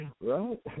Right